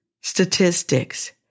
statistics